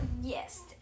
Yes